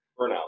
Burnout